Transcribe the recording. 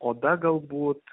oda galbūt